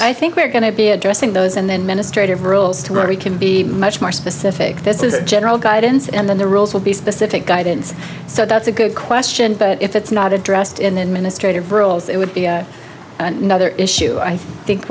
i think we're going to be addressing those and then ministry of rules to ari can be much more specific this is a general guidance and then the rules will be specific guidance so that's a good question but if it's not addressed in the administrative roles it would be another issue i think